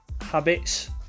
habits